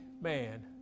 man